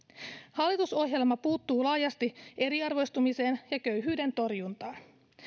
hallitusohjelma puuttuu laajasti eriarvoistumiseen ja köyhyyden torjuntaan